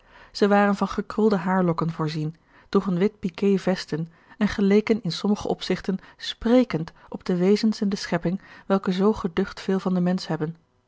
zij waren van gekrulde haarlokken voorzien droegen wit piqué vesten en geleken in sommige opzigten sprekend op de wezens in de schepping welke zoo geducht veel van den mensch hebben